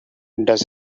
does